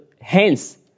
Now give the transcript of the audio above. hence